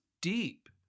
deep